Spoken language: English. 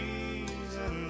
reason